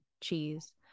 cheese